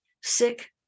sick